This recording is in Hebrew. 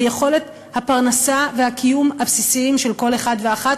ליכולת הפרנסה והקיום הבסיסיים של כל אחד ואחת.